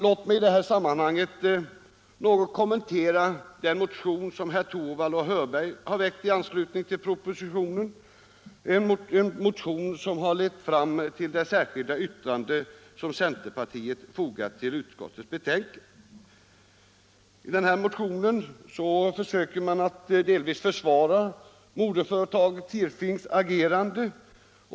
Låt mig i detta sammanhang något kommentera den motion som herrar Torwald och Hörberg har väckt med anledning av propositionen, en motion som har lett fram till det särskilda yttrande som centerpartisterna fogat till utskottets betänkande. I motionen försöker man delvis försvara moderföretaget Tirfings agerande.